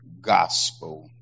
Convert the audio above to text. gospel